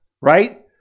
right